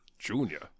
Junior